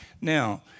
Now